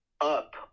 up